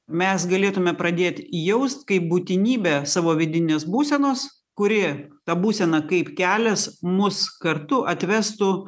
mes galėtume pradėt jaust kaip būtinybę savo vidinės būsenos kuri ta būsena kaip kelias mus kartu atvestų